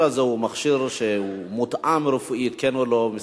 הזה הוא מכשיר מותאם רפואית כן או לא.